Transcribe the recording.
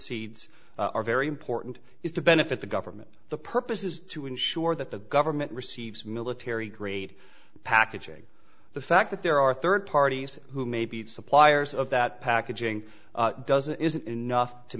concedes are very important is to benefit the government the purpose is to ensure that the government receives military grade packaging the fact that there are third parties who may be suppliers of that packaging doesn't isn't enough to